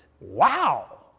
Wow